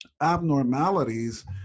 Abnormalities